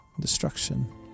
destruction